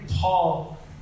Paul